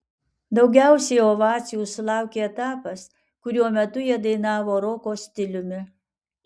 daugiausiai ovacijų sulaukė etapas kurio metu jie dainavo roko stiliumi